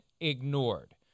ignored